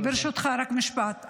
ברשותך, רק משפט.